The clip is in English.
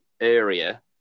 area